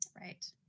Right